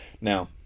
Now